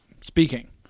speaking